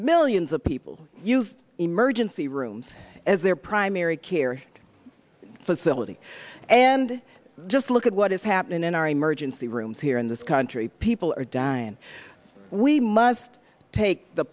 millions of people use emergency rooms as their primary care facility and just look at what is happening in our emergency rooms here in this country people are dying and we must take the